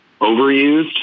overused